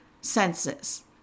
senses